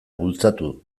bultzatu